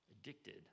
addicted